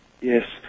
Yes